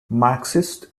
marxist